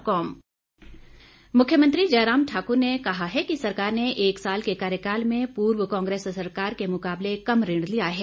मुख्यमंत्री जवाब मुख्यमंत्री जयराम ठाकुर कहा है कि सरकार ने एक साल के कार्यकाल में पूर्व की कांग्रेस सरकार के मुकावले कम ऋण लिया है